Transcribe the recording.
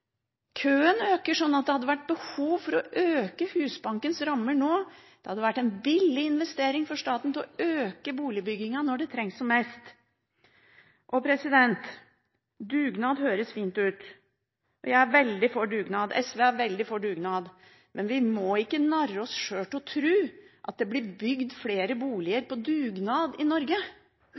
køen øker slik at det hadde vært behov for å øke Husbankens rammer nå. Det hadde vært en billig investering for staten for å øke boligbyggingen når det trengs som mest. Dugnad høres fint ut. Jeg er veldig for dugnad – SV er veldig for dugnad. Men vi må ikke narre oss sjøl til å tro at det blir bygd flere boliger på dugnad i Norge,